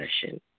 discussion